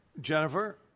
Jennifer